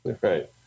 Right